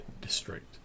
district